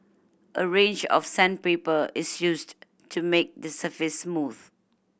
a range of sandpaper is used to make the surface smooth